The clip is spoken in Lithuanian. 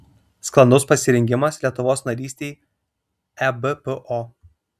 sklandus pasirengimas lietuvos narystei ebpo